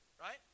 right